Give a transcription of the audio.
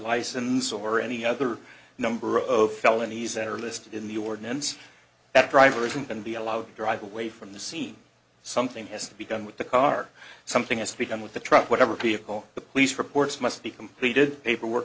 license or any other number of felonies that are listed in the ordinance that drivers who can be allowed to drive away from the scene something has to be done with the car something has to be done with the truck whatever people the police reports must be completed paperwork